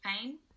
pain